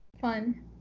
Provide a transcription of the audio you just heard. Fun